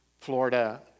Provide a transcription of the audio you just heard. Florida